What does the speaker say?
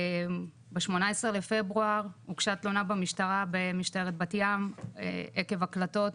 ב-18 לפברואר הוגשה תלונה במשטרת בת ים עקב הקלטות